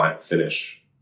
finish